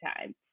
time